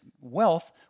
wealth